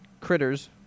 critters